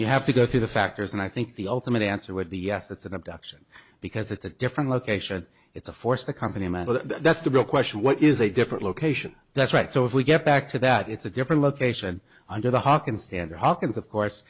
you have to go through the factors and i think the ultimate answer would be yes it's an abduction because it's a different location it's a force the company that's the real question what is a different location that's right so if we get back to that it's a different location under the harkin standard hawkins of course